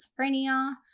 schizophrenia